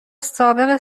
سابق